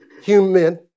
human